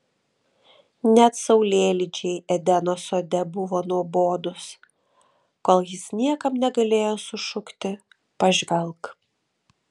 net saulėlydžiai edeno sode buvo nuobodūs kol jis niekam negalėjo sušukti pažvelk